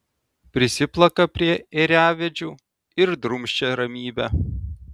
prisiplaka prie ėriavedžių ir drumsčia ramybę